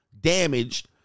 damaged